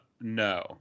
no